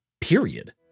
period